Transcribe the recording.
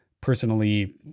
personally